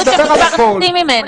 בשביל זה הוועדה כאן.